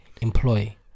employ